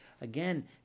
again